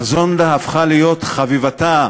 הפכה להיות חביבתה